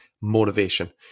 motivation